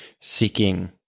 seeking